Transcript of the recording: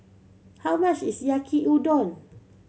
how much is Yaki Udon